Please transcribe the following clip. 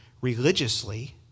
religiously